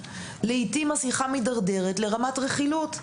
לעיתים השיחה מתדרדרת לרמת רכילות.